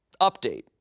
Update